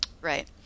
Right